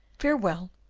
farewell,